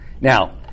Now